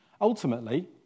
Ultimately